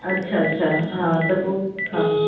अच्छा अच्छा हा त पोइ हा